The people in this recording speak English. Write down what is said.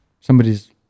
somebody's